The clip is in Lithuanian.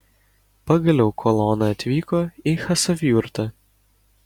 pagaliau kolona atvyko į chasavjurtą